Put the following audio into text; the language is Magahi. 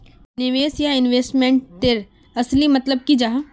निवेश या इन्वेस्टमेंट तेर असली मतलब की जाहा?